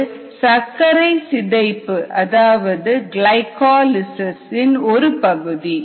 இது சர்க்கரை சிதைப்பு அதாவது கிளைகாலிசிஸ் இன் ஒரு பகுதி